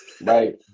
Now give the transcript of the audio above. Right